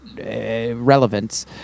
relevance